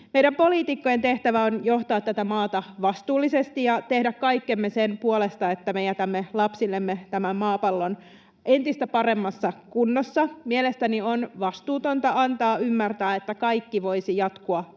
poliitikkojen tehtävä on johtaa tätä maata vastuullisesti ja tehdä kaikkemme sen puolesta, että me jätämme lapsillemme tämän maapallon entistä paremmassa kunnossa. Mielestäni on vastuutonta antaa ymmärtää, että kaikki voisi jatkua